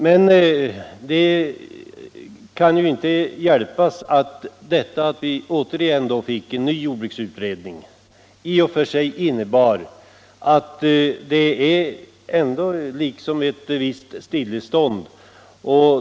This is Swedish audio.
Men det kan inte hjälpas att när vi återigen fick en jordbruksutredning —- 1972 års — kom detta att innebära ett ytterligare stillestånd.